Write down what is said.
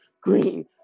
green